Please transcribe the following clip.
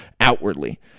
outwardly